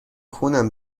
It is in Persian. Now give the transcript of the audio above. خونم